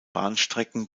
bahnstrecken